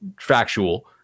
factual